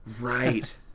Right